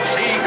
See